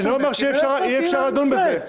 אני לא אומר שאי אפשר לדון בזה.